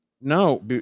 no